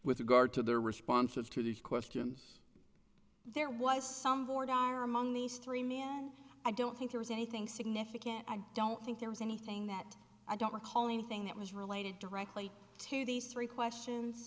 with regard to their responses to these questions there was some bored are among these three men i don't think there was anything significant i don't think there was anything that i don't recall anything that was related directly to these three questions